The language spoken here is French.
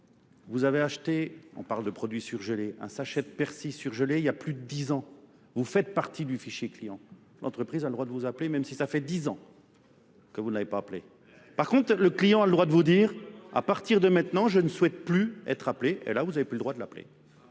Vous avez acheté, on parle de produits surgelés, un sachet de persil surgelé il y a plus de dix ans. Vous faites partie du fichier client. L'entreprise a le droit de vous appeler, même si ça fait dix ans que vous ne l'avez pas appelé. Par contre, le client a le droit de vous dire, à partir de maintenant, je ne souhaite plus être appelé. Et là, vous n'avez plus le droit de l'appeler.